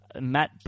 Matt